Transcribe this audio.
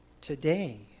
Today